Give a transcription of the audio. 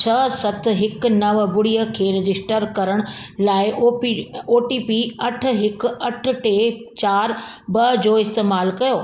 छह सत हिकु नव ॿुड़ीअ खे रजिस्टर करण लाइ O P O T P अठ हिकु अठ टे चारि ॿ जो इस्तैमाल कयो